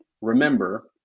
Remember